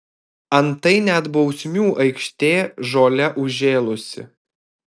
antai net bausmių aikštė žole užžėlusi